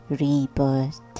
rebirth